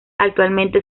actualmente